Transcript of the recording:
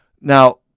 Now